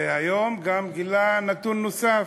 והיום הוא גם גילה נתון נוסף.